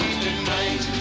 tonight